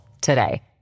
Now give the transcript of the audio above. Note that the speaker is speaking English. today